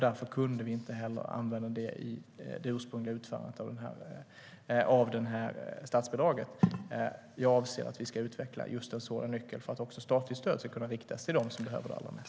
Därför kunde vi inte heller använda det i det ursprungliga utfärdandet av det här statsbidraget. Jag avser att utveckla just en sådan nyckel för att också statligt stöd ska kunna riktas till dem som behöver det allra mest.